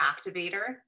activator